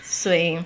谁